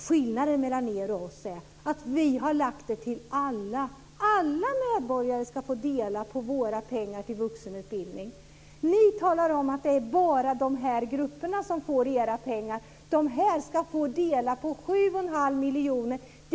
Skillnaden mellan er och oss är att vi har lagt pengar till alla; alla medborgare ska få dela på våra pengar till vuxenutbildning. Ni säger att det är bara vissa grupper som får era pengar, att de ska få dela på 7 1⁄2 miljoner.